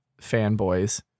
fanboys